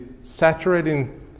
saturating